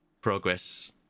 progress